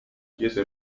chiesa